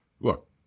Look